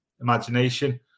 imagination